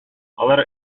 алар